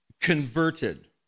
converted